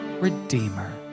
Redeemer